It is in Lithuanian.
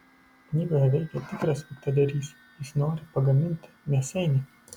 knygoje veikia tikras piktadarys jis nori pagaminti mėsainį